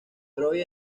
troy